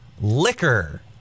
liquor